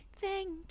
thank